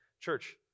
Church